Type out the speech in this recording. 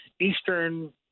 eastern